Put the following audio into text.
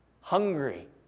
Hungry